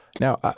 now